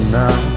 now